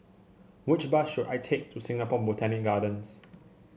which bus should I take to Singapore Botanic Gardens